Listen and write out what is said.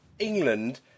England